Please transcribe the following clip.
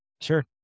Sure